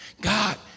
God